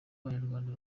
abanyarwanda